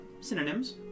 synonyms